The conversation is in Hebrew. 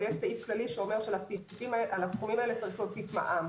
אבל יש סעיף כללי שאומר שעל הסכומים האלה צריך להוסיף מע"מ.